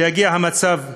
שתגיע למצב הראוי,